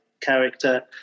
character